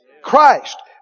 Christ